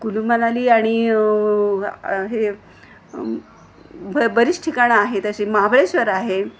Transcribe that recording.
कुलुमनाली आणि हे ब बरीच ठिकाणं आहेत अशी महाबळेश्वर आहे